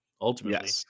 ultimately